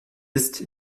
ist